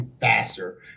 faster